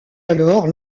alors